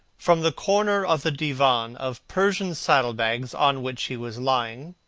from the corner of the divan of persian saddle-bags on which he was lying,